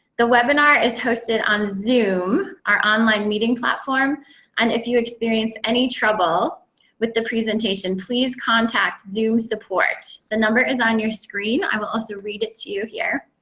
the webinar is hosted on zoom, our online meeting platform. and if you experience any trouble with the presentation, please contact zoom support. the number is on your screen, i will also read it to you here.